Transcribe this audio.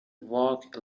walk